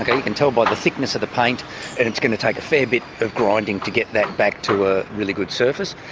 you can tell by the thickness of the paint and it's going to take a fair bit of grinding to get that back to a really good surface.